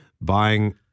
buying